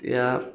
তেতিয়া